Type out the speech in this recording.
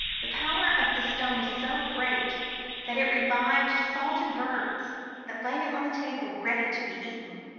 the power of the stone was so great that it revived salted birds that lay on the table ready to be eaten,